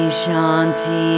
shanti